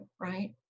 right